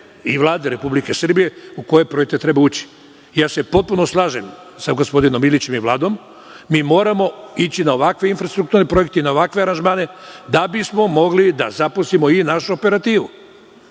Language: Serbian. i Vlade Republike Srbije u koju projekat treba ući. Potpuno se slažem sa gospodinom Ilićem i Vladom, moramo ići na ovakve infrastrukturne projekte i na ovakve aranžmane, da bismo mogli da zaposlimo i našu operativu. Podsećam,